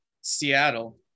Seattle